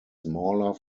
smaller